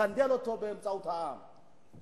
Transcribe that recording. נסנדל אותו באמצעות העם.